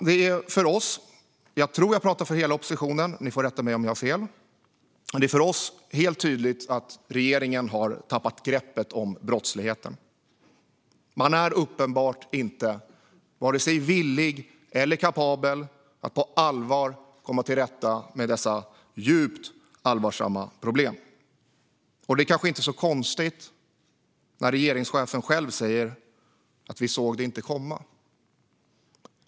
Det är för oss helt tydligt - jag tror att jag talar för hela oppositionen, men ni får rätta mig om jag har fel - att regeringen har tappat greppet om brottsligheten. Man är uppenbart inte vare sig villig eller kapabel att på allvar komma till rätta med dessa djupt allvarliga problem. Det är kanske inte så konstigt när regeringschefen själv säger: Vi såg det inte komma.